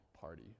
party